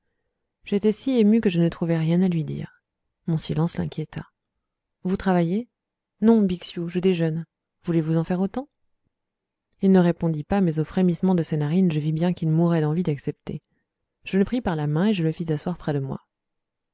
j'étais si ému que je ne trouvai rien à lui dire mon silence l'inquiéta vous travaillez non bixiou je déjeune voulez-vous en faire autant il ne répondit pas mais au frémissement de ses narines je vis bien qu'il mourait d'envie d'accepter je le pris par la main et je le fis asseoir près de moi